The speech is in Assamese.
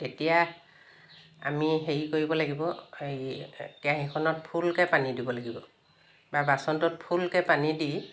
তেতিয়া আমি হেৰি কৰিব লাগিব কেৰাহিখনত ফুলকৈ পানী দিব লাগিব বা বাচনটোত ফুলকৈ পানী দি